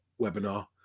webinar